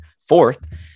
fourth